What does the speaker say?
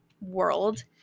world